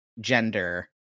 gender